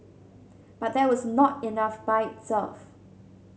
but that was not enough by itself